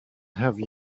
have